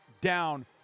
down